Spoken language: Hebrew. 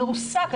מרוסק.